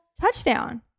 touchdown